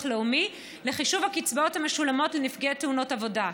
לאומי לחישוב הקצבאות המשולמות לנפגעי תאונות עבודה.